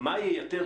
מה ייתר?